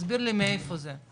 תסביר לי מאיפה זה?